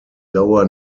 lower